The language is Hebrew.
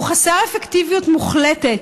הוא חסר אפקטיביות מוחלטת,